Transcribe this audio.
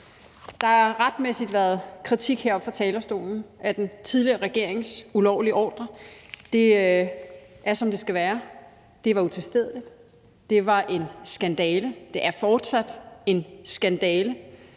Der har retmæssigt være kritik heroppe fra talerstolen af den tidligere regerings ulovlige ordre. Det er, som det skal være. Det var utilstedeligt, det var en skandale, det er fortsat en skandale,